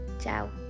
ciao